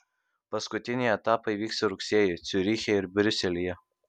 paskutiniai etapai vyks rugsėjį ciuriche ir briuselyje